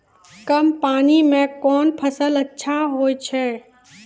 कम पानी म कोन फसल अच्छाहोय छै?